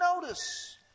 notice